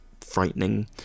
frightening